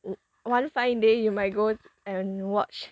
one fine day you might go and watch